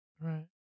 Right